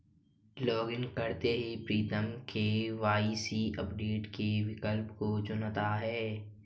login करते ही Pritam KYC update के विकल्प को चुनता है